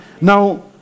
Now